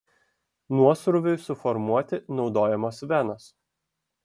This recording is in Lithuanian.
nuosrūviui suformuoti naudojamos venos